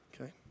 Okay